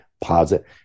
positive